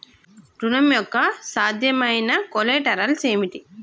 ఋణం యొక్క సాధ్యమైన కొలేటరల్స్ ఏమిటి?